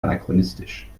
anachronistisch